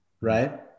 Right